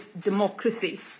democracy